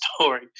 story